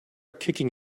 kicking